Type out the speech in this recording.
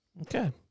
Okay